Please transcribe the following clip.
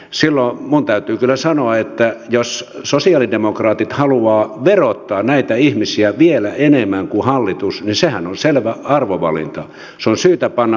silloin minun täytyy kyllä sanoa että jos sosialidemokraatit haluavat verottaa näitä ihmisiä vielä enemmän kuin hallitus niin sehän on selvä arvovalinta se on syytä panna merkille